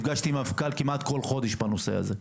נפגשתי עם המפכ"ל כמעט כל חודש בנושא הזה.